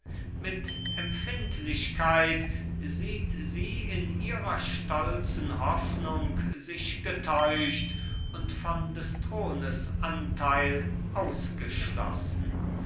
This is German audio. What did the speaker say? mit empfindlichkeit sieht sie in ihrer stolzen hoffnung sich getäuscht und von des thrones anteil ausgeschlossen